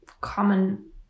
common